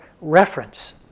reference